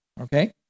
Okay